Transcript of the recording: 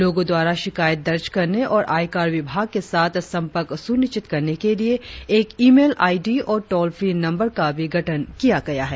लोगों द्वारा शिकायत दर्ज करने और आयकर विभाग के साथ संपर्क सुनिश्चित करने के लिए एक ई मेल आई डी और टॉल फ्री नंबर का भी गठन किया गया है